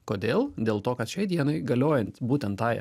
kodėl dėl to kad šiai dienai galiojant būtent tai